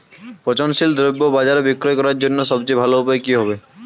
পচনশীল দ্রব্য বাজারে বিক্রয় করার জন্য সবচেয়ে ভালো উপায় কি হবে?